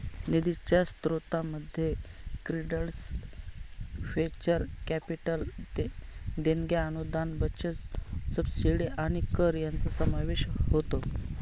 निधीच्या स्त्रोतांमध्ये credits venture capital देणग्या अनुदान बचत सबसिडी आणि कर यांचा समावेश होतो